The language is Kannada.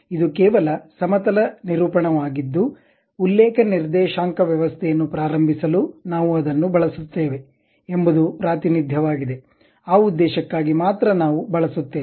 ಇದು ಕೇವಲ ಸಮತಲ ನಿರೂಪಣವಾಗಿದ್ದು ಉಲ್ಲೇಖ ನಿರ್ದೇಶಾಂಕ ವ್ಯವಸ್ಥೆಯನ್ನು ಪ್ರಾರಂಭಿಸಲು ನಾವು ಅದನ್ನು ಬಳಸುತ್ತೇವೆ ಎಂಬುದು ಪ್ರಾತಿನಿಧ್ಯವಾಗಿದೆ ಆ ಉದ್ದೇಶಕ್ಕಾಗಿ ಮಾತ್ರ ನಾವು ಬಳಸುತ್ತೇವೆ